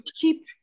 keep